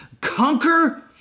Conquer